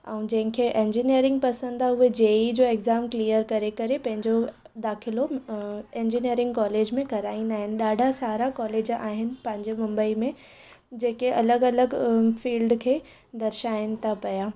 ऐं जंहिंखे इंजीनिअरींग पसंदि आहे उहो जे ई ई जो एक्झाम क्लीअर करे करे पंहिंजो दाख़िलो इंजीनिअरींग कॉलेज में कराईंदा आहिनि ॾाढा सारा कॉलेज आहिनि पंहिंजी मुंबई में जेके अलॻि अलॻि फिल्ड खे दर्शाईनि था पिया